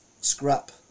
scrap